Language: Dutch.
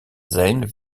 zijn